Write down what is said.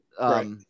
Right